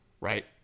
right